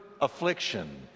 affliction